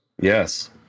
Yes